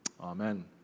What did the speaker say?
amen